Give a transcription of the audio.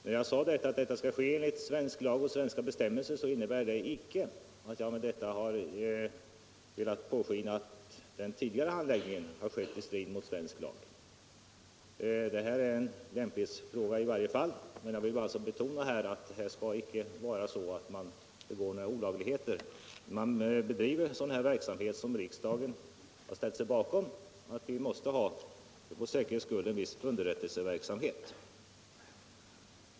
Att jag sade att upphandling skall ske enligt svensk tag och svenska bestämmelser innebär icke att jag vill låta påskina att den tidigare handläggningen har skett i strid mot svensk lag. Här får lämpligheten bedömas i varje fall, men jag vill betona att man icke skall begå några olagligheter när man bedriver sådan här verksamhet, som riksdagen har ställt sig bakom i och med att den har ansett att vi för säkerhets skull måste ha en viss underrättelseverksamhet.